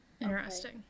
Interesting